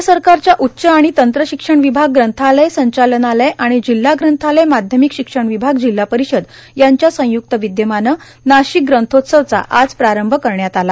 राज्य सरकारच्या उच्च आणि तंत्रशिक्षण विभाग ग्रंथालय संचालनालय आणि जिल्हा ग्रंथालय माध्यमिक शिक्षण विभाग जिल्हा परिषद यांच्या संय्क्त विद्यमानं नाशिक ग्रंथोत्सवचा आज प्रारंभ करण्यात आला